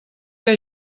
que